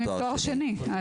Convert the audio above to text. הם עם תואר שני.